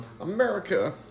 America